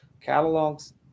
catalogs